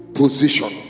position